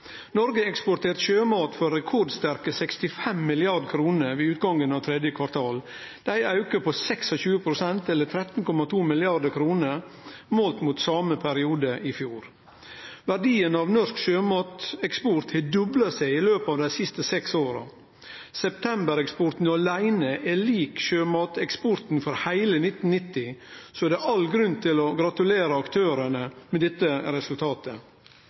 Noreg har eksportert sjømat for rekordsterke 65 mrd. kr ved utgangen av tredje kvartal. Det er ein auke på 26 pst., eller 13,2 mrd. kr, målt mot same periode i fjor. Verdien av norsk sjømateksport har dobla seg i løpet av dei siste seks åra. September-eksporten aleine er lik sjømateksporten for heile 1990, så det er all grunn til å gratulere aktørane med dette resultatet.